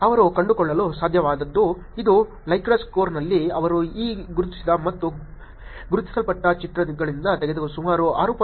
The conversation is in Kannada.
ಅವರು ಕಂಡುಕೊಳ್ಳಲು ಸಾಧ್ಯವಾದದ್ದು ಇದು ಲೈಕ್ರ್ಟ್ ಸ್ಕೇಲ್ನಲ್ಲಿ ಅವರು ಈ ಗುರುತಿಸದ ಮತ್ತು ಗುರುತಿಸಲ್ಪಟ್ಟ ಚಿತ್ರಗಳಿಂದ ತೆಗೆದ ಸುಮಾರು 6